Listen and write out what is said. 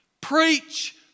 Preach